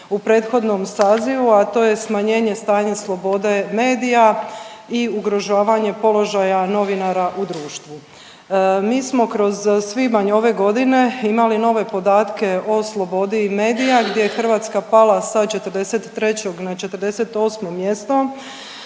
u prethodnom sazivu, a to je smanjenje stanje slobode medija i ugrožavanje položaja novinara u društvu. Mi smo kroz svibanj ove godine imali nove podatke o slobodi medija gdje je Hrvatska pala sa 43. na 48. mjesto